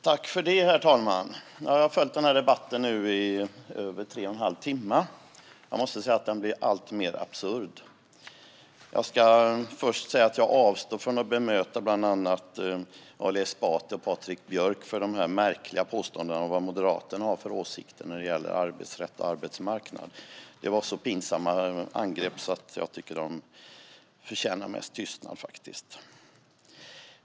Herr talman! Jag har nu följt den här debatten i över tre och en halv timme och måste säga att den blir alltmer absurd. Jag ska först säga att jag avstår från att bemöta bland andra Ali Esbati och Patrik Björck och deras märkliga påståenden om vad Moderaterna har för åsikter när det gäller arbetsrätt och arbetsmarknad. Det var så pinsamma angrepp att jag tycker att de förtjänar mest tystnad.